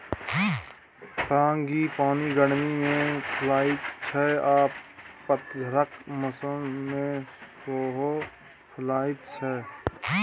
frangipani गर्मी मे फुलाइ छै आ पतझरक मौसम मे सेहो फुलाएत छै